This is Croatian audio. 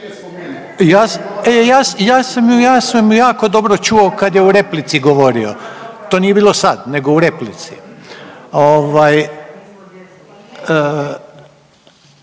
ja sam ju jako dobro čuo kad je u replici govorio, to nije bilo sad nego u replici. Ovaj,